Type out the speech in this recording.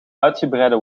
uitgebreide